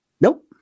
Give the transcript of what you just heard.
Nope